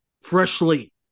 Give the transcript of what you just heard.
freshly